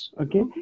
Okay